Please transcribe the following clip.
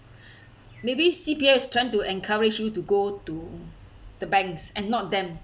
maybe C_B_S trying to encourage you to go to the banks and not them